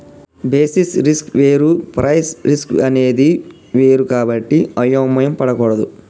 basis risk వేరు price risk అనేది వేరు కాబట్టి అయోమయం పడకూడదు